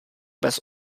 bez